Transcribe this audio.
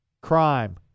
crime